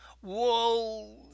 Whoa